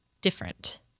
different